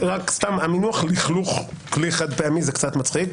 המינוח "לכלוך כלי חד פעמי" זה קצת מצחיק.